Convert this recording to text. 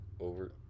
over